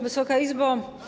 Wysoka Izbo!